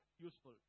useful